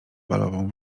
balową